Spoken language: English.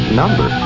number